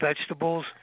vegetables